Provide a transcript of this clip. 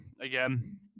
again